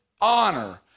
honor